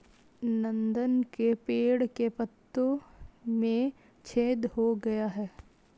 नंदन के पेड़ के पत्तों में छेद हो गया है